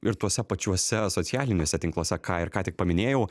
ir tuose pačiuose socialiniuose tinkluose ką ir ką tik paminėjau